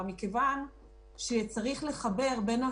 בגלל שמדובר בשני אנשים שבעצם כל אחד